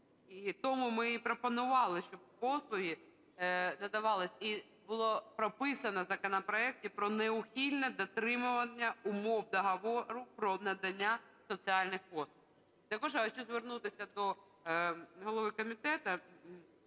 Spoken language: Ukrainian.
тому ми пропонували, щоб послуги надавались, і було прописано в законопроекті про неухильне дотримання умов договору про надання соціальних послуг. Також я хочу звернутися до голови комітету